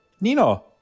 Nino